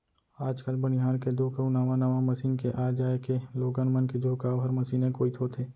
आज काल बनिहार के दुख अउ नावा नावा मसीन के आ जाए के लोगन मन के झुकाव हर मसीने कोइत होथे